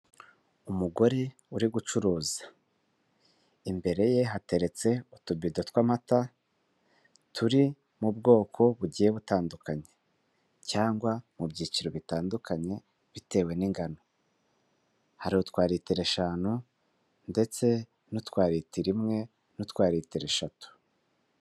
Umugore uri gucuruza, imbere ye hateretse utubido tw'amata, turi mu bwoko bugiye butandukanye cyangwa mu byiciro bitandukanye bitewe n'ingano. Hari utwa litiro eshanu ndetse n'utwa litiro imwe n'utwa litiro eshatu.